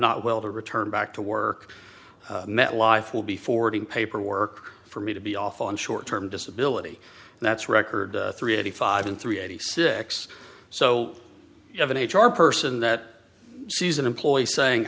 not well to return back to work metlife will be forwarding paperwork for me to be off on short term disability that's record three eighty five in three eighty six so you have an h r person that sees an employee saying